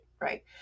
Right